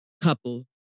couple